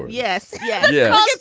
yes. yeah but yes.